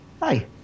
Hi